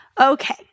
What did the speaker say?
Okay